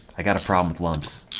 got a problem with lumps?